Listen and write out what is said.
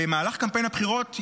במהלך קמפיין הבחירות,